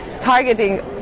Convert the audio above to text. targeting